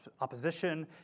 opposition